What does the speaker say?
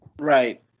Right